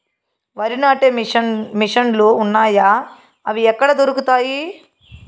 వరి నాటే మిషన్ ను లు వున్నాయా? అవి ఎక్కడ దొరుకుతాయి?